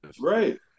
Right